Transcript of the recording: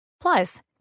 Plus